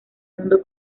mundo